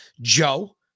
Joe